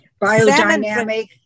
biodynamic